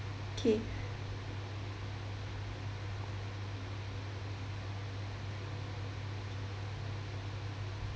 okay